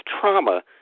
trauma